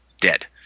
dead